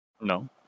No